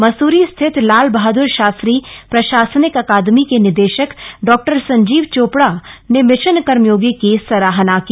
मसूरी स्थित लाल बहाद्र शास्त्री प्रशासनिक अकादमी के निदेशक डॉक्टर संजीव चोपड़ा ने मिशन कर्मयोगी की सराहना की